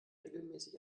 regelmäßig